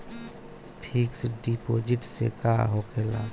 Fix deposit से का होखे ला?